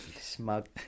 Smug